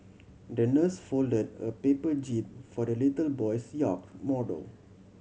the nurse folded a paper jib for the little boy's yacht model